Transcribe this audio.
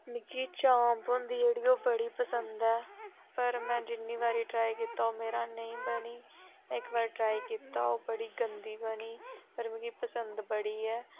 मिगी चाम्प होंदी जेह्ड़ी ओह् बड़ी पसंद ऐ पर में जिन्नी बारी ट्राई कीता ओह् मेरे ना नेईं बनी में इक बारी ट्राई कीता ओह् बड़ी गंदी बनी पर मिगी पसंद बड़ी ऐ